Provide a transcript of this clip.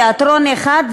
אחד,